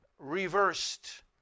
reversed